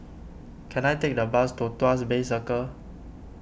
can I take the bus to Tuas Bay Circle